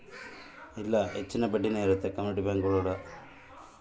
community bank ಒಳಗ ಕಡ್ಮೆ ಬಡ್ಡಿಗೆ ಸಾಲ ಕೊಡ್ತಾರೆ